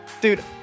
dude